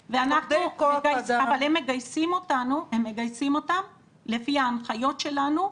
אבל הם מגייסים אותם לפי ההנחיות שלנו,